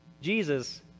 Jesus